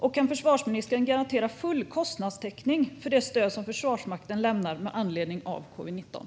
Och kan försvarsministern garantera full kostnadstäckning för det stöd som Försvarsmakten lämnar med anledning av covid-19?